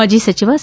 ಮಾಜಿ ಸಚಿವ ಸಿ